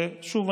ושוב,